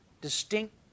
distinct